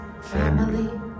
family